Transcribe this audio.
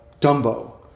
Dumbo